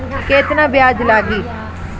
केतना ब्याज लागी?